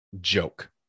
joke